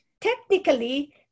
technically